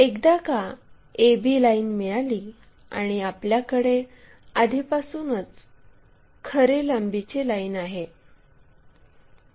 एकदा का ab line मिळाली आणि आपल्याकडे आधीपासूनच खऱ्या लांबीची लाईन आहे